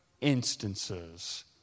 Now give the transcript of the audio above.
instances